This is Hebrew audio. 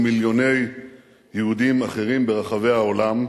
ומיליוני יהודים אחרים ברחבי העולם.